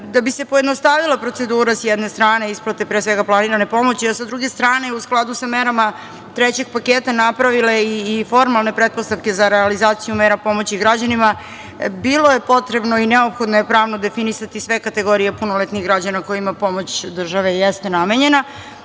Da bi se pojednostavila procedura, s jedne strane, isplate pre svega planirane pomoći, a s druge strane, u skladu sa merama trećeg paketa, napravile i formalne pretpostavke za realizaciju mera pomoći građanima, bilo je potrebno i neophodno je pravno definisati sve kategorije punoletnih građana kojima pomoć države jeste namenjena.